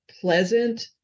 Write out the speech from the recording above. pleasant